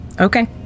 okay